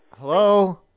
hello